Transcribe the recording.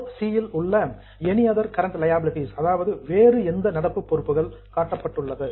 4 இல் any other current liabilities வேறு எந்த நடப்பு பொறுப்புகள் காட்டப்பட்டுள்ளது